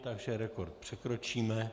Takže rekord překročíme.